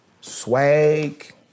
swag